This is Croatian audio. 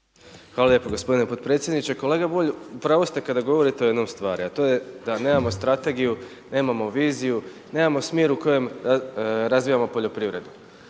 Hvala lijepo gospodine potpredsjedniče. Kolega Bulj, u pravu ste kada govorite o jednoj stvari a to je da nemamo strategiju, nemamo viziju, nemamo smjer u kojem razvijamo poljoprivredu.